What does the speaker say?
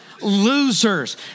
losers